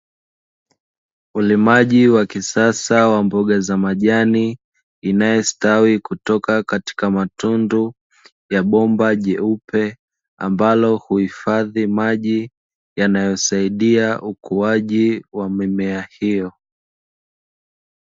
Ulimaji wa kisasa wa mboga za majani, inayostawi katika matundu ya bomba jeupe ambalo, uhifadhi maji yanayosaidia ukuaji wa mimea hiyo.